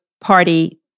party